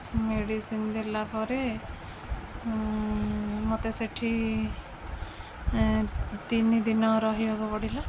medicine ଦେଲା ପରେ ମୋତେ ସେଇଠି ତିନି ଦିନ ରହିିବାକୁ ପଡ଼ିଲା